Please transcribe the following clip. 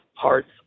parts